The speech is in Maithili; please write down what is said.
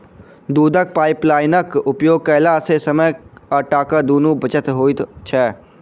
दूधक पाइपलाइनक उपयोग कयला सॅ समय आ टाका दुनूक बचत होइत छै